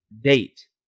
date